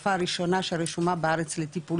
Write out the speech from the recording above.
התרופה הראשונה שרשומה בארץ לטיפול